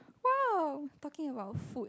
!wow! talking about food